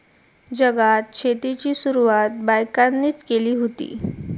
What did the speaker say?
जगात शेतीची सुरवात बायकांनीच केली हुती